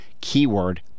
keyword